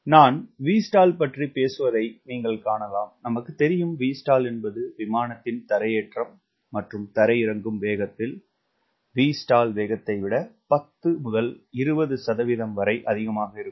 நான் Vstall பற்றி பேசுவதை நீங்கள் காணலாம் நமக்குத் தெரியும் Vstall என்பது ஒரு விமானத்தின் தரையேற்றம் மற்றும் தரையிறங்கும் வேகத்தில் Vstall வேகத்தை விட 10 20 வரை அதிகமாக இருக்கும்